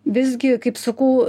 visgi kaip sakau